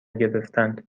گرفتند